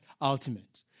ultimate